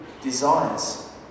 desires